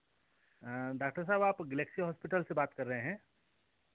हाँ डॉक्टर साहब आप गैलेक्सी हॉस्पिटल से बात कर रहे हैं